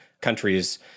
countries